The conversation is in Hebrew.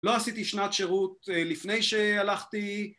לא עשיתי שנת שירות לפני שהלכתי